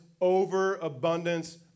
overabundance